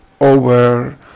over